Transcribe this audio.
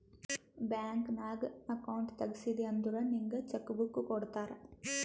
bank ನಾಗ್ account ತೆಗ್ಸಿದಿ ಅಂದುರ್ ನಿಂಗ್ ಚೆಕ್ ಬುಕ್ ಕೊಡ್ತಾರ್